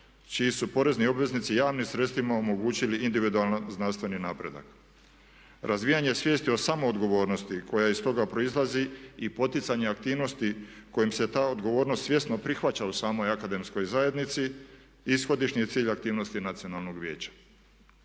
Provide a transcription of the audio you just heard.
čiji su porezni obveznici javnim sredstvima omogućili individualni znanstveni napredak. Razvijanje svijesti o samoodgovornosti koja iz toga proizlazi i poticanje aktivnosti kojim se ta odgovornost svjesno prihvaća u samoj akademskoj zajednici ishodišni je cilj aktivnosti Nacionalnog vijeća.